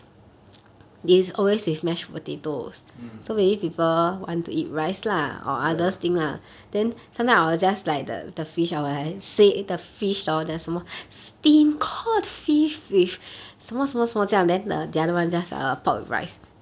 mm ya